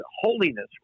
holiness